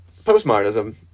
postmodernism